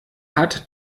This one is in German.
hat